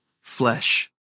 flesh